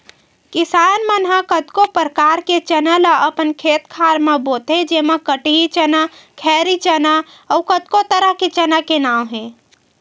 किसान मन ह कतको परकार के चना ल अपन खेत खार म बोथे जेमा कटही चना, खैरी चना अउ कतको तरह के चना के नांव हे